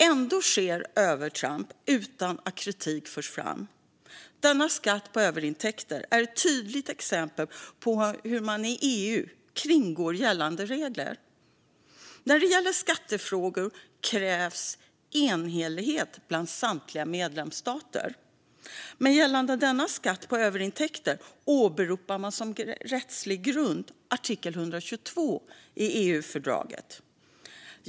Ändå sker övertramp utan att kritik förs fram. Denna skatt på överintäkter är ett tydligt exempel på hur man i EU kringgår gällande regler. När det gäller skattefrågor krävs enhällighet bland samtliga medlemsstater, men gällande denna skatt på överintäkter åberopade man som rättslig grund artikel 122 i EU-fördraget.